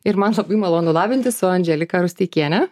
ir man labai malonu labintis su andželika rusteikiene